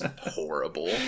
horrible